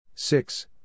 Six